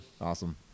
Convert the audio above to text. Awesome